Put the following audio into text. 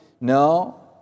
No